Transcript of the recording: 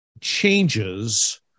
changes